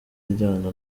iryana